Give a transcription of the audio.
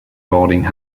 boarding